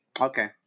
Okay